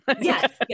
Yes